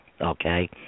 Okay